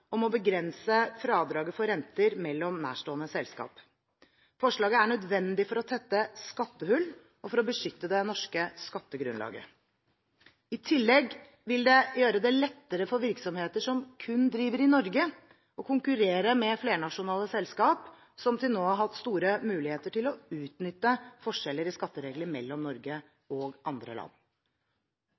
om å begrense fradraget for renter mellom nærstående selskaper. Forslaget er nødvendig for å tette skattehull og for å beskytte det norske skattegrunnlaget. I tillegg vil det gjøre det lettere for virksomheter som kun driver i Norge, å konkurrere med flernasjonale selskaper som til nå har hatt store muligheter til å utnytte forskjeller i skatteregler mellom Norge og andre land.